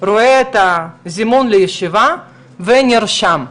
רואה את הזימון לישיבה ונרשם.